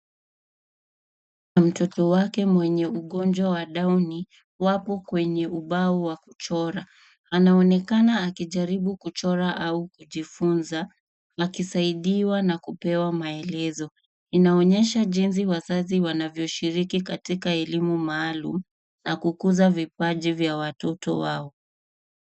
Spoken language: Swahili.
Mtoto wake mwenye ugonjwa wa Downy wapo kwenye ubao wa kuchora. Anaonekana akijaribu kuchora au kujifunza, akisaidiwa na kupewa maelezo. Inaonyesha jinsi wazazi wanovyoshiriki katika elimu maalumu, na kukuza vipaji vya watoto wao.